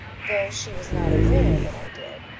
though she was not aware that i did.